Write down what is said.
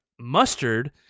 mustard